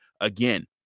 again